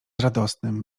radosnym